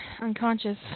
unconscious